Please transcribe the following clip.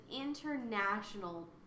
international